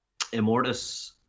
Immortus